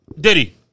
Diddy